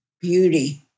beauty